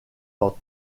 dans